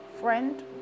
friend